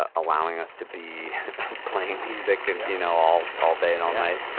ah allowing us to be playing music and you know, all all day and all night,